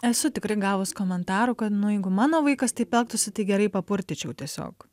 esu tikrai gavus komentarų kad nu jeigu mano vaikas taip elgtųsi tai gerai papurtyčiau tiesiog